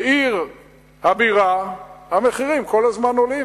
בעיר הבירה המחירים כל הזמן עולים,